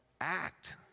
act